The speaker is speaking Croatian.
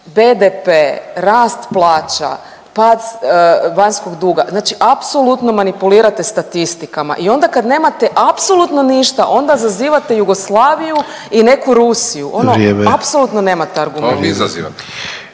BDP, rast plaća, pad vanjskog duga znači apsolutno manipulirate statistikama i onda kad nemate apsolutno ništa onda zazivate Jugoslaviju i neku Rusiju …/Upadica Sanader: Vrijeme./… ono